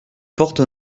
portes